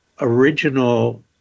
original